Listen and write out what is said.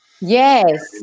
Yes